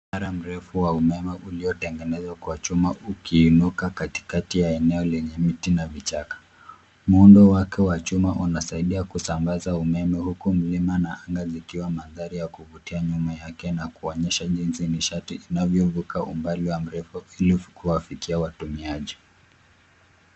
Mnara mrefu wa umeme uliotengenezwa kwa chuma ukiinuka katikati ya eneo lenye miti na vichaka. Muundo wake wa chuma unasaidia kusambaza umeme, huku mlima na anga zikiwa mandhari ya kuvutia nyuma yake, na kuonyesha jinsi nishati inavyovuka umbali wa mrefu ili kuwafikia watumiaji.